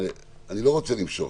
אני לא רוצה למשוך.